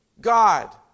God